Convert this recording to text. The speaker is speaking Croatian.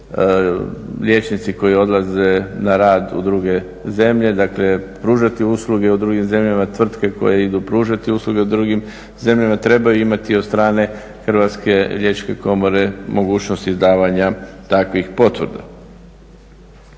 liječnici koji odlaze na rad u druge zemlje, dakle pružati usluge u drugim zemljama, tvrtke koje idu pružati usluge u drugim zemljama trebaju imati od strane Hrvatske liječničke komore mogućnost izdavanja takvih potvrda.